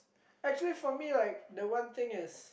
actually for me like the one thing is